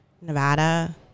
Nevada